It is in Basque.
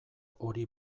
hori